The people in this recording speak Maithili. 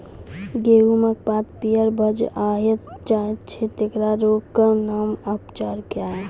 गेहूँमक पात पीअर भअ जायत छै, तेकरा रोगऽक नाम आ उपचार क्या है?